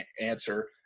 answer